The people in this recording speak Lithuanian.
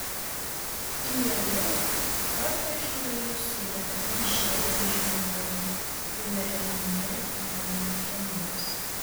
įėjimą kartą žiūrėjau su ja ir žiauriai žliumbiau kai mergina mirė nuo leukemijos